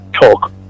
talk